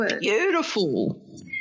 beautiful